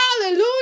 hallelujah